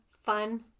fun